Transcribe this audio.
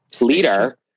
leader